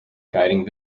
guiding